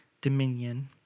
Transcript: dominion